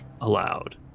allowed